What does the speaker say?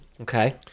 Okay